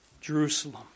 Jerusalem